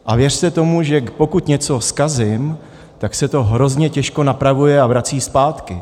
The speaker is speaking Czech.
A věřte tomu, pokud něco zkazím, tak se to hrozně těžko napravuje a vrací zpátky.